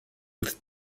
with